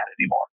anymore